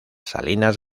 salinas